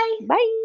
Bye